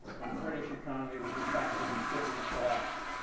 and the british economy was, in fact, an incipient collapse.